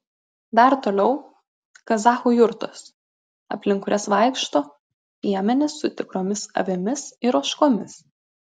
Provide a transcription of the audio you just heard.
dar toliau kazachų jurtos aplink kurias vaikšto piemenys su tikromis avimis ir ožkomis